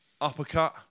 uppercut